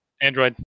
Android